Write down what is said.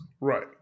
right